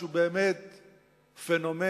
שהוא באמת פנומן,